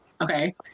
Okay